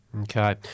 Okay